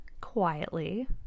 quietly